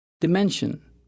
dimension